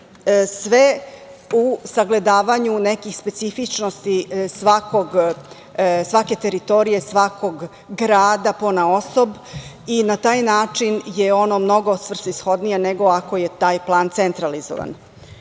sve u sagledavanju nekih specifičnosti svake teritorije, svakog grada ponaosob i na taj način je ono mnogo svrsishodnije nego ako je taj plan centralizovan. Što